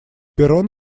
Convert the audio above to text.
перрон